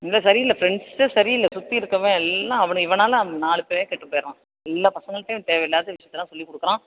இல்லை சரியில்லை ஃப்ரெண்ட்ஸ்ஸே சரியில்லை சுற்றி இருக்கிறவன் எல்லாம் அவனை இவனால் நாலு பேரும் கேட்டு போயிடுறான் எல்லா பசங்கள்டையும் தேவையில்லாத விஷியத்தெல்லாம் சொல்லி கொடுக்குறான்